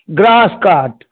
ग्रासकाट